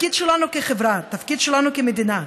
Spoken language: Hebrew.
התפקיד שלנו כחברה, התפקיד שלנו כמדינה,